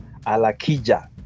Alakija